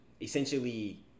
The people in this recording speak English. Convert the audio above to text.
essentially